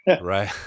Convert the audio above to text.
Right